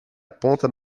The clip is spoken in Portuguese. aponta